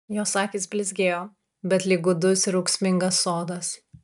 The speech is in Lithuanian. jos akys blizgėjo bet lyg gūdus ir ūksmingas sodas